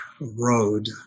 Road